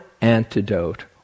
antidote